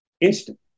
instantly